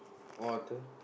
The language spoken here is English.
order